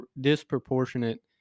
disproportionate